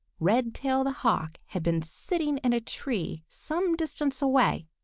redtail the hawk had been sitting in a tree some distance away,